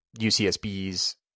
UCSB's